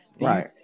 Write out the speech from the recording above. Right